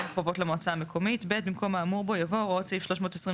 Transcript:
חובות למועצה המקומית: במקום האמור בו יבוא "הוראות סעיף 324